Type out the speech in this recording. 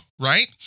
Right